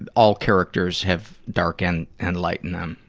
and all characters have dark and, and light in them.